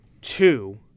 Two